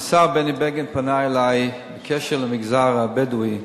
השר בני בגין פנה אלי בקשר למגזר הבדואי.